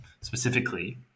specifically